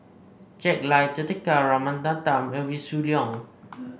Jack Lai Juthika Ramanathan and Wee Shoo Leong